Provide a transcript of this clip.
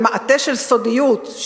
במעטה של סודיות,